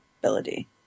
ability